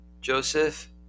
Joseph